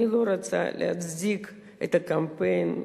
אני לא רוצה להצדיק את הקמפיין.